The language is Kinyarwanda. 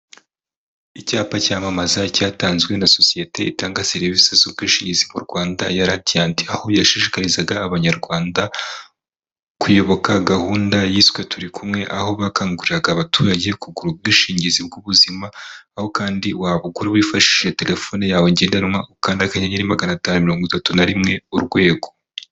Icyapa cyamamaza cyatanzwe na sosiyete itanga serivisi z'ubwishingizi mu Rwanda ya Radiant, aho yashishikarizaga Abanyarwanda kuyoboka gahunda yiswe turi kumweza, aho bakangurira abaturage kugura ubwishingizi bw'ubuzima, aho kandi wabugura wifashishije terefone yawe ngendanwa, ukandakanyenyeri magana atanu mirongo itatu na rimwe urwego.